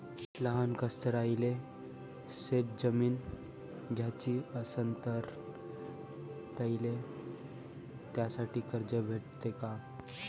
लहान कास्तकाराइले शेतजमीन घ्याची असन तर त्याईले त्यासाठी कर्ज भेटते का?